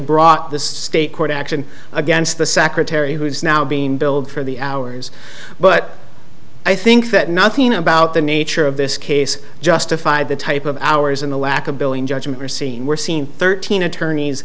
brought this state court action against the secretary who is now being billed for the hours but i think that nothing about the nature of this case justify the type of hours in the lack of billing judgment or scene we're seeing thirteen attorneys